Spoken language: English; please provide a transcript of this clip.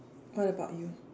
what about you